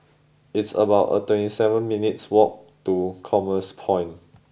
it's about a twenty seven minutes' walk to Commerce Point